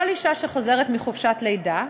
כל אישה שחוזרת מחופשת לידה,